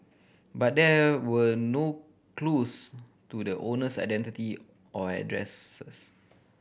but there were no clues to the owner's identity or addresses